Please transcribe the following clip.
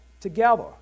together